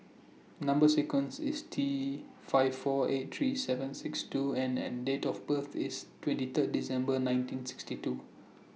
Number sequence IS T five four eight three seven six two N and Date of birth IS twenty Third December nineteen sixty two